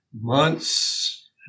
months